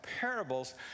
parables